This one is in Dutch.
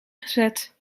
gezet